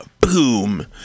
Boom